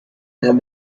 have